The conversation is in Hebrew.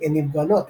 יניב גרנות,